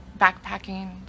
backpacking